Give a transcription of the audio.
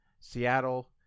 Seattle